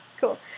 Cool